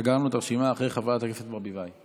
סגרנו את הרשימה אחרי חברת הכנסת ברביבאי.